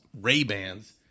Ray-Bans